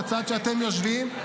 בצד שאתם יושבים,